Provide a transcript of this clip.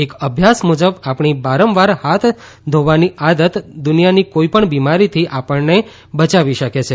એક અભ્યાસ મુજબ આપણી વારંવાર હાથ ધોવાની આદત દુનિયાની કોઈ પણ બિમારીથી આપણને બચાવી શકે છે